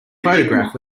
photograph